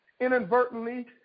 inadvertently